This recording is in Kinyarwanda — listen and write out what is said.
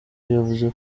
yavuze